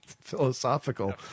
philosophical